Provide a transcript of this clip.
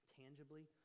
tangibly